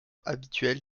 habituel